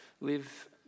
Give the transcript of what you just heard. live